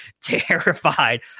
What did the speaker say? terrified